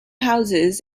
houses